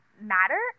matter